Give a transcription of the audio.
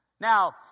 Now